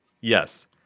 Yes